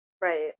Right